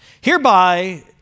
Hereby